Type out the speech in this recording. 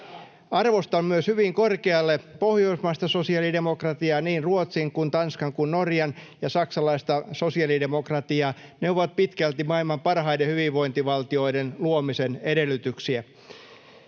Arvostan myös hyvin korkealle pohjoismaista sosiaalidemokratiaa — niin Ruotsin, Tanskan kuin Norjan — ja saksalaista sosiaalidemokratiaa. Ne ovat pitkälti maailman parhaiden hyvinvointivaltioiden luomisen edellytyksiä.